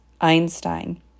Einstein